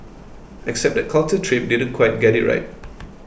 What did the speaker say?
except that Culture Trip didn't quite get it right